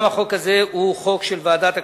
גם החוק הזה הוא חוק של ועדת הכספים,